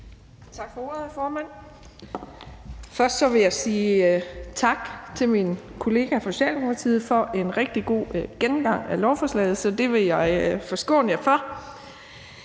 Tak for ordet, hr. formand. Først vil jeg sige tak til min kollega fra Socialdemokratiet for en rigtig god gennemgang af lovforslaget, så det vil jeg forskåne jer for.